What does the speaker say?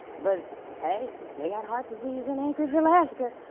but hey, they got heart disease in anchorage, alaska,